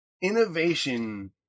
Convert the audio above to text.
Innovation